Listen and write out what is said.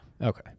Okay